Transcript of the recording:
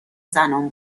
زنان